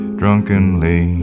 drunkenly